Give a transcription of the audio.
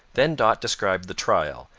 then dot described the trial,